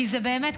כי זה באמת,